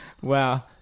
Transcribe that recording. Wow